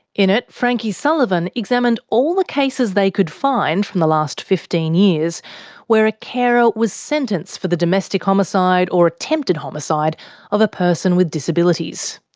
in it frankie sullivan examined all the cases they could find from the last fifteen years where a carer was sentenced for the domestic homicide or attempted homicide of a person with disabilities.